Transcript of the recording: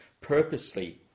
purposely